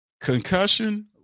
Concussion